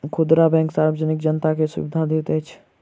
खुदरा बैंक सार्वजनिक जनता के सुविधा दैत अछि